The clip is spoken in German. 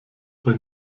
bei